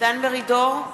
דן מרידור,